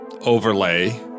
overlay